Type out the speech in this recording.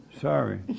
Sorry